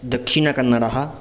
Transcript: दक्षिणकन्नडः